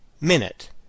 Minute